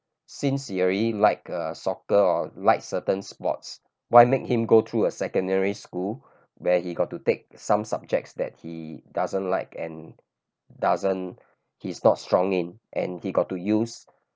since he already like uh soccer or like certain sports why make him go through a secondary school where he got to take some subjects that he doesn't like and doesn't he's not strong in and he got to use